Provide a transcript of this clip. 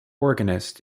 organist